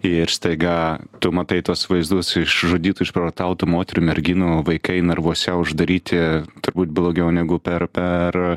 ir staiga tu matai tuos vaizdus išžudytų išprievartautų moterų merginų vaikai narvuose uždaryti turbūt blogiau negu per per